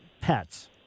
pets